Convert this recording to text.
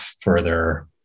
further